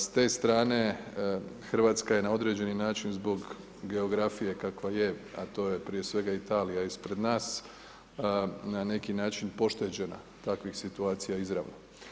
S te strane Hrvatska je na određeni način zbog geografije kakva je a to je prije svega Italija ispred nas na neki način pošteđena takvih situacija izravno.